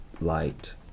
light